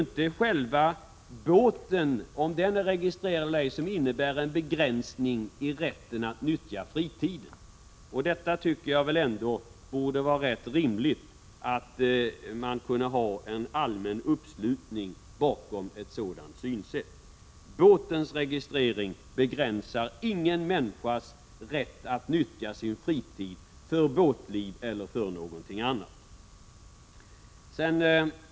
Om själva båten som sådan är registrerad innebär ju ingen inskränkning i rätten att nyttja fritiden för båtliv eller för någonting annat. Bakom ett sådant synsätt borde det rimligen gå att få en allmän uppslutning.